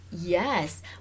Yes